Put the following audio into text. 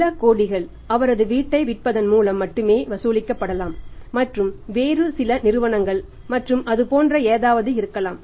ஒரு சில கோடி அவரது வீட்டை விற்பதன் மூலம் மட்டுமே வசூலிக்கப்படலாம் மற்றும் வேறு சில நிறுவனங்கள் மற்றும் அது போன்ற ஏதாவது இருக்கலாம்